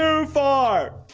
um far